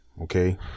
okay